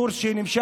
זה קורס שנמשך